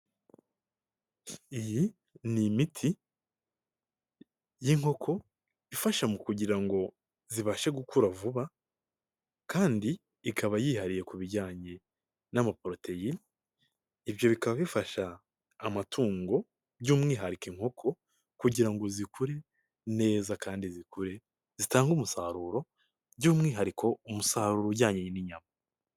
Iyi ni imiti y'inkoko, ifasha mu kugira ngo zibashe gukura vuba, kandi ikaba yihariye ku bijyanye n'amaporoteyine, ibyo bikaba bifasha amatungo by'umwihariko inkoko, kugira ngo zikure neza kandi zikure zitange umusaruro, by'umwihariko umusaruro ujyanye n'inyama